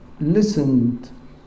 listened